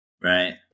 right